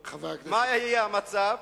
מה יהיה המצב?